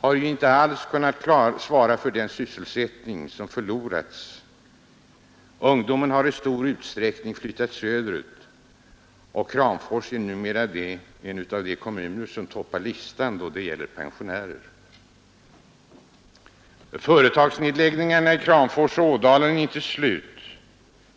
har ju inte alls kunnat tillräckligt svara för ny sysselsättning i stället för den som förlorats. Ungdomen har i stor utsträckning flyttat söderut. Kramfors är numera med bland de kommuner som toppar listan då det gäller pensionärer, Företagsnedläggningarna i Kramfors och Ådalen är inte slut.